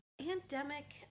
Pandemic